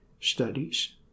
studies